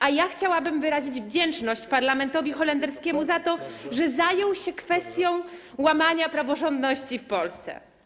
A ja chciałabym wyrazić wdzięczność parlamentowi holenderskiemu za to, że zajął się kwestią łamania praworządności w Polsce.